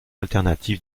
alternatif